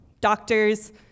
doctors